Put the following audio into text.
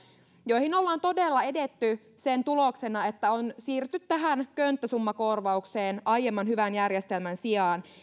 joihin on todella edetty sen tuloksena että on siirrytty tähän könttäsummakorvaukseen aiemman hyvän järjestelmän sijaan